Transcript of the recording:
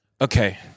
Okay